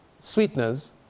sweeteners